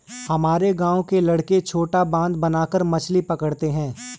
हमारे गांव के लड़के छोटा बांध बनाकर मछली पकड़ते हैं